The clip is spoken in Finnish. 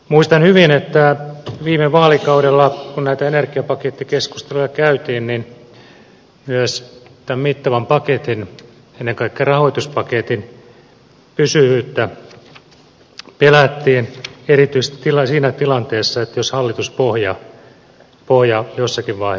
muistan hyvin että viime vaalikaudella kun näitä energiapakettikeskusteluja käytiin niin myös tämän mittavan paketin ennen kaikkea rahoituspaketin pysyvyyttä pelättiin erityisesti siinä tilanteessa jos hallituspohja jossakin vaiheessa vaihtuu